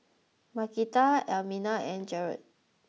Markita Elmina and Jarod